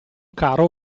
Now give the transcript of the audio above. caro